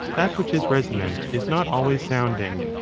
that which is resonant is not always sounding.